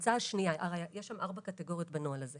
בנוהל הזה יש הרי ארבע קטגוריות.